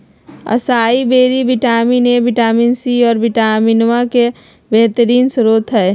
असाई बैरी vitamin A, vitamin C, और vitamin E के बेहतरीन स्त्रोत हई